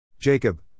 Jacob